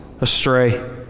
astray